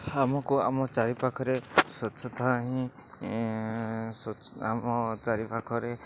ଆମକୁ ଆମ ଚାରିପାଖରେ ସ୍ଵଚ୍ଛତା ହିଁ ଆମ ଚାରିପାଖରେ